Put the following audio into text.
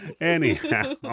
Anyhow